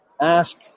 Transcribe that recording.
ask